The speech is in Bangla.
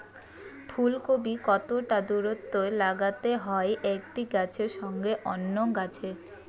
ফুলকপি কতটা দূরত্বে লাগাতে হয় একটি গাছের সঙ্গে অন্য গাছের?